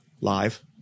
live